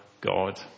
God